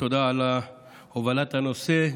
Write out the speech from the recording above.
תודה על הובלת הנושא,